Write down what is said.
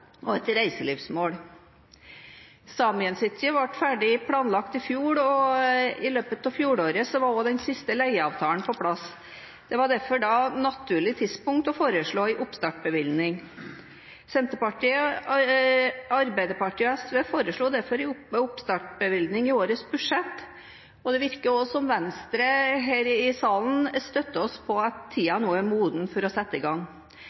og et reiselivsmål. Saemien Sijte ble ferdig planlagt i fjor, og i løpet av fjoråret var også den siste leieavtalen på plass. Det var derfor da et naturlig tidspunkt å foreslå en oppstartsbevilgning. Senterpartiet, Arbeiderpartiet og SV foreslo derfor en oppstartsbevilgning i årets budsjett, og det virker også som Venstre her i salen støtter oss på at tiden nå er moden for å sette i gang.